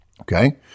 okay